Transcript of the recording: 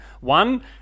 One